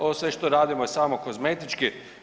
Ovo sve što radimo je samo kozmetički.